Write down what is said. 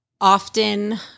often